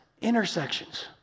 intersections